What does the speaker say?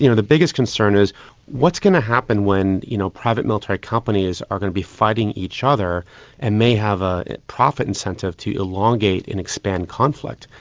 you know the biggest concern is what's going to happen when you know private military companies are going to be fighting each other and may have a profit incentive to elongate and expand conflict?